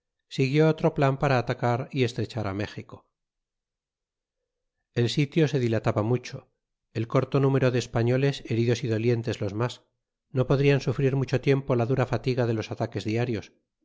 siguió otro plan para atacar y estrechar sidjico el sitio se dil daba mucho el corto número de españoles heridos y dolientes lis mas no podrian mi ir mucho tiempo la dura fanga de los ataques diarios